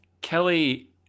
Kelly